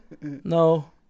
No